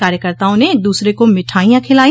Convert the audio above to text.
कार्यकताओं ने एक दूसरे को मिठाईयां खिलाई